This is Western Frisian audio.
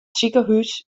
sikehús